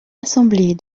assemblée